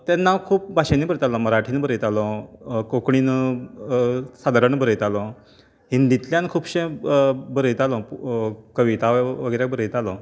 तेन्ना खूब भाशेंनीं बरयतालो मराठींत बरयतालों कोंकणीन सादारण बरयतालों हिंदीतल्यान खुबशें बरयतालो कविता वगैरे बरयतालो